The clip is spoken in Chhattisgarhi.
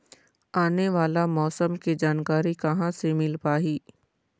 आने वाला मौसम के जानकारी कहां से मिल पाही?